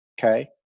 Okay